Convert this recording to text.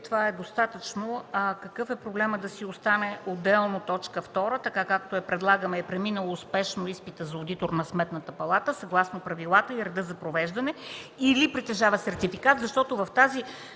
това е достатъчно. Какъв е проблемът да си остане отделно т. 2, така както я предлагаме: „е преминал успешно изпита за одитор на Сметната палата, съгласно правилата и реда за провеждане или притежава сертификат”, защото в това